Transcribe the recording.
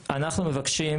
אנחנו מבקשים,